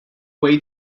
way